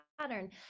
pattern